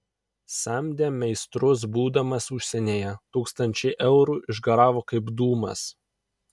samdė meistrus būdamas užsienyje tūkstančiai eurų išgaravo kaip dūmas